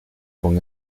con